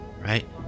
right